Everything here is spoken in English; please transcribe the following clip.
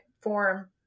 form